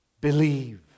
believe